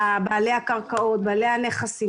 לבעלי הקרקעות, בעלי הנכסים.